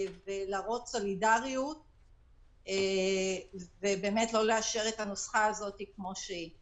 להראות סולידריות ולא לאשר את הנוסחה הזאת כמו שהיא.